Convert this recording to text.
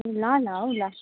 ल ल औ ल